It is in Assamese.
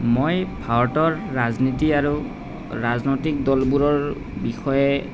মই ভাৰতৰ ৰাজনীতি আৰু ৰাজনৈতিক দলবোৰৰ বিষয়ে